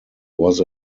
was